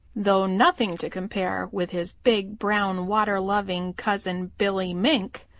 though nothing to compare with his big, brown, water-loving cousin, billy mink.